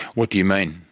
what do you mean?